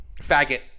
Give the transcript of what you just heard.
faggot